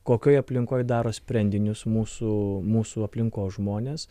kokioj aplinkoj daro sprendinius mūsų mūsų aplinkos žmonės